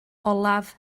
olaf